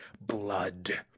blood